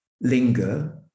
linger